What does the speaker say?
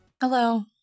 Hello